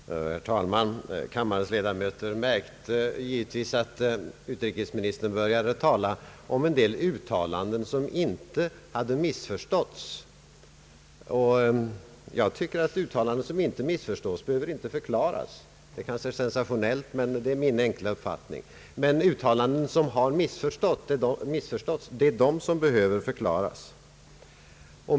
Herr talman! Kammarens ledamöter märkte givetvis att utrikesministern började tala om en del uttalanden som inte hade missförståtts. Jag tycker att uttalanden som inte missförståtts inte behöver förklaras. Det är kanske sensationellt, men det är min enkla uppfattning. Uttalanden som har missförståtts bör däremot förklaras.